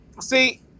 See